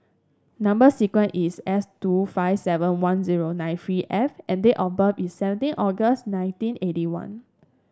number sequence is S two five seven one zero nine three F and date of birth is seventeen August nineteen eighty one